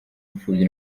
impfubyi